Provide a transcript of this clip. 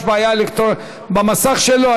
יש בעיה במסך שלו.